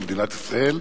למדינת ישראל,